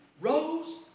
rose